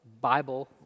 Bible